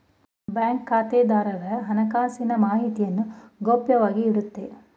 bank ಖಾತೆದಾರರ ಹಣಕಾಸಿನ ಮಾಹಿತಿಯನ್ನು ಗೌಪ್ಯವಾಗಿ ಇಡುತ್ತೆ